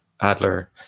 Adler